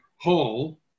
hall